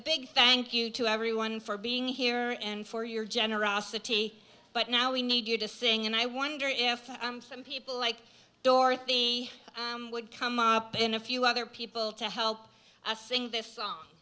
big thank you to everyone for being here and for your generosity but now we need you to sing and i wonder if some people like dorothy would come up in a few other people to help us sing this song